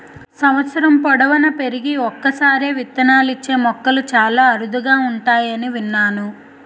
సంవత్సరం పొడువునా పెరిగి ఒక్కసారే విత్తనాలిచ్చే మొక్కలు చాలా అరుదుగా ఉంటాయని విన్నాను